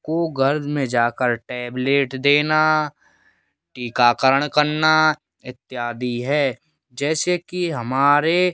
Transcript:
को घर में जाकर टैबलेट देना टीकाकरण करना इत्यादि है जैसे कि हमारे